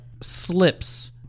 slips